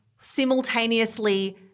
Simultaneously